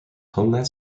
homeland